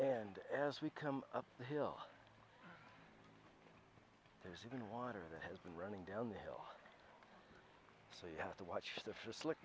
and as we come up the hill there's even water that has been running down the hill so you have to watch the for slick